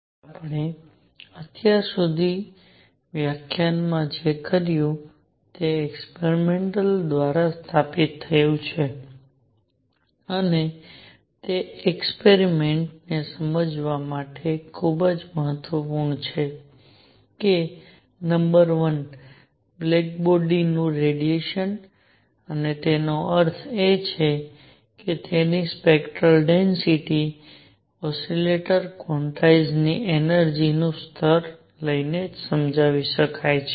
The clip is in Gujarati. તેથી આપણે અત્યાર સુધી વ્યાખ્યાનમાં જે કર્યું છે તે એક્સપેરિમેંટ દ્વારા સ્થાપિત થયું છે અને તે એક્સપેરિમેંટ ને સમજવા માટે ખૂબ જ મહત્વપૂર્ણ છે કે નંબર વન બ્લેક બોડીનું રેડિયેશન અને તેનો અર્થ એ છે કે તેની સ્પેક્ટરલ ડેન્સિટિ ઓસિલેટર ક્વોન્ટાઇઝ્ડની એનર્જિ નું સ્તર લઈને સમજાવી શકાય છે